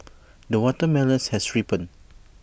the watermelon has ripened